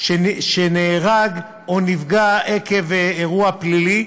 שנהרג או נפגע עקב אירוע פלילי,